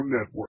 Network